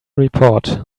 report